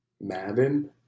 Madden